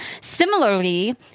Similarly